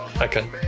okay